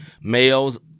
males